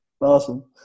Awesome